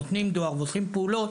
נותנים דואר ועושים פעולות,